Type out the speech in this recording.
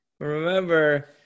Remember